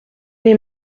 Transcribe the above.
les